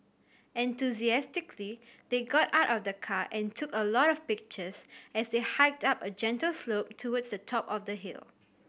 enthusiastically they got out of the car and took a lot of pictures as they hiked up a gentle slope towards the top of the hill